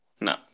No